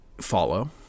follow